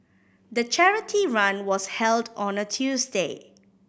the charity run was held on a Tuesday